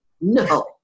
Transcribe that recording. No